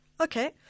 Okay